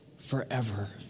forever